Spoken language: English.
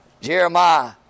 Jeremiah